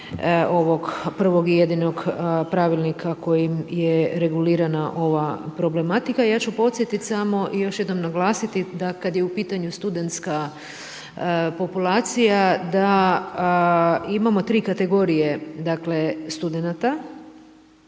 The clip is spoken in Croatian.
ovog prvog i jedinog pravilnika kojim je regulirana ova problematika. Ja ću podsjetiti samo i još jednom naglasiti da kada je u pitanju studentska populacija da imamo 3 kategorije studenata.